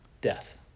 death